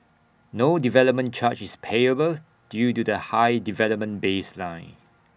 no development charge is payable due to the high development baseline